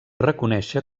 reconèixer